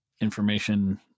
information